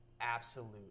absolute